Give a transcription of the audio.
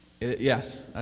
yes